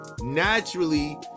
naturally